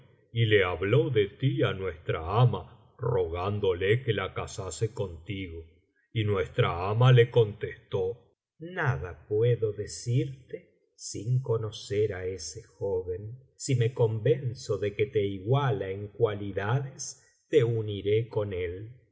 y le habló de ti á nuestra ama rogándole que la casase contigo y nuestra ama le contestó nada puedo decirte sin conocer á ese joven si me convenzo de que te iguala en cualidades te uniré con él